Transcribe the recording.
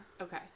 Okay